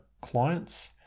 clients